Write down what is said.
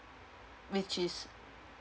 which is